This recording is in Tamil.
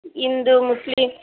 இந்து முஸ்லீம்